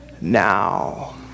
now